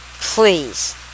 please